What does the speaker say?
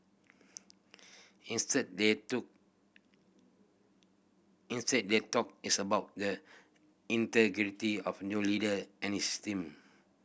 instead they took instead they talk is about the integrity of new leader and his team